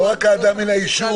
לא רק האדם מן היישוב,